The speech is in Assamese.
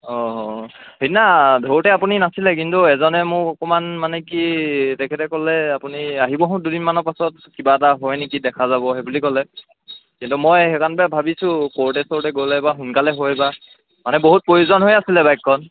অঁ অঁ সিদিনা ধৰোঁতে আপুনি নাছিলে কিন্তু এজনে মোক অকণমান মানে কি তেখেতে ক'লে আপুনি আহিবহো দুদিনমানৰ পাছত কিবা এটা হয় নেকি দেখা যাব সেই বুলি ক'লে কিন্তু মই সেইকাৰণপাই ভাবিছোঁ কৰ্টে চৰ্টে গ'লে বা সোনকালে হয় বা মানে বহুত প্ৰয়োজন হৈ আছিলে বাইকখন